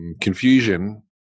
confusion